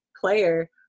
player